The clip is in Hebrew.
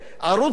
ובכלל,